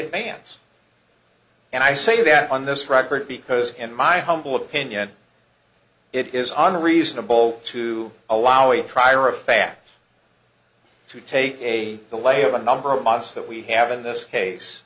advance and i say that on this record because in my humble opinion it is unreasonable to allow a trier of fact to take a the lay of a number of months that we have in this case